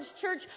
church